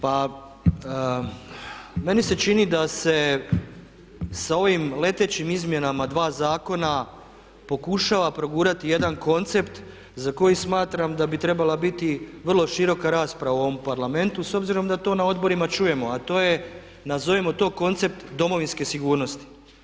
Pa meni se čini da se sa ovim letećim izmjenama dva zakona pokušava progurati jedan koncept za koji smatram da bi trebala biti vrlo široka rasprava u ovom Parlamentu s obzirom da to na odborima čujemo, a to je nazovimo to koncept domovinske sigurnosti.